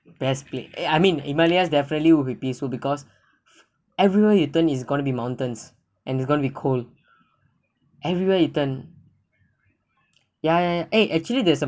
best place eh I mean in himalayas definitely will be peaceful because everywhere you turn is going to be mountains and you going to be cold everywhere you turn yeah eh actually there's some